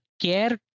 care